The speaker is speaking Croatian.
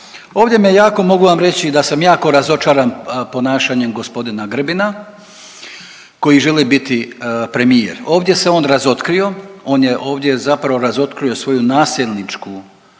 Ovdje me jako, mogu vam reći, da sam jako razočaran ponašanjem g. Grbina koji želi biti premijer. Ovdje se on razotkrio, on je ovdje zapravo razotkrio svoju nasilničku,